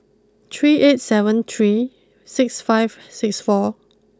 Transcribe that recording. three eight seven three six five six four